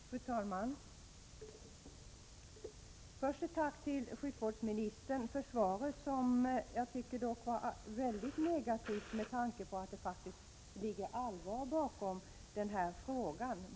Fru talman! Först ett tack till socialministern för svaret, som jag dock tycker var väldigt negativt med tanke på att det faktiskt finns allvar bakom denna fråga.